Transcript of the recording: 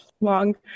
long